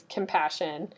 Compassion